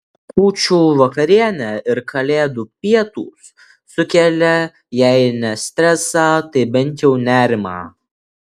kūčių vakarienė ir kalėdų pietūs sukelia jei ne stresą tai bent jau nerimą